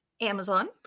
Amazon